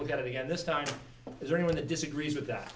look at it again this time is anyone that disagrees with that